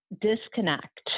disconnect